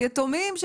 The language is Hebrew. ליתומים,